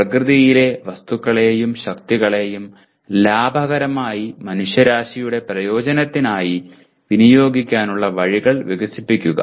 പ്രകൃതിയിലെ വസ്തുക്കളെയും ശക്തികളെയും ലാഭകരമായി മനുഷ്യരാശിയുടെ പ്രയോജനത്തിനായി വിനിയോഗിക്കാനുള്ള വഴികൾ വികസിപ്പിക്കുക